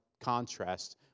contrast